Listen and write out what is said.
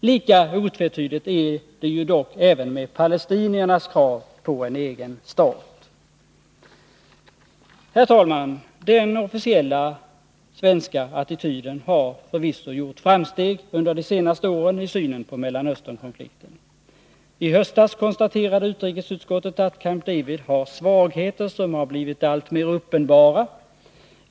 Lika otvetydigt är det med palestiniernas krav på en egen stat. Herr talman! Den officiella svenska attityden har förvisso gjort framsteg under de senaste åren i synen på Mellanösternkonflikten. I höstas konstaterade utrikesutskottet att Camp David har svagheter som har blivit alltmer uppenbara.